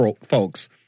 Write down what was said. folks